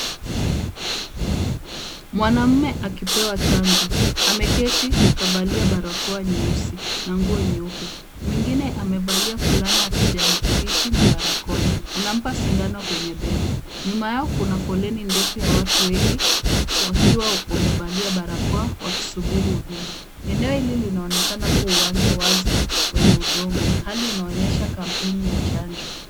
Mwanaume akipewa chanjo. Ameketi kavalia barakoa nyeusi na nguo nyeupe. Mwingine amevalia fulana ya kijani kibichi na barakoa. Anampa sindano kwenye bega. Nyuma yao kuna foleni ndefu ya watu wengi, wakiwa wamevalia barakoa wakisubiri huduma. Eneo hili linaonekana kuwa uwanja wazi wenye udongo. Hali inaonyesha kampeni ya chanjo.